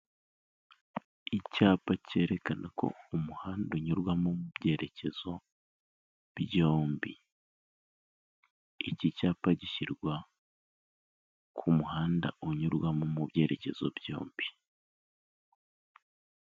Icyapa cyerekana ko umuhanda unyurwamo mu byerekezo byombi. Iki cyapa gishyirwa ku muhanda unyurwamo mu byerekezo byombi.